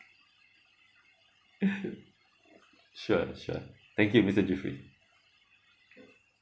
sure sure thank you mister zuffrie